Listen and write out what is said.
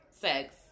sex